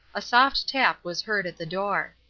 a soft tap was heard at the door.